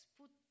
put